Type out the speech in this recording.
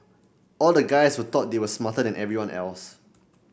all the guys were thought they were smarter than everyone else